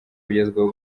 bugezweho